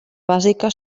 bàsica